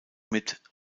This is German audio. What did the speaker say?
mit